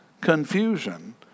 confusion